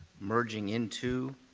merging into,